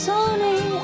Sony